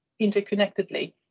interconnectedly